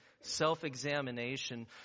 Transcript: self-examination